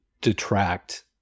detract